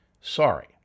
Sorry